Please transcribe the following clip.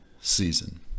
season